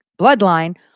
bloodline